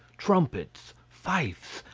trumpets, fifes,